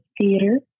theater